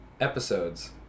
episodes